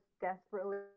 desperately